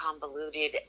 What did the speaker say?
convoluted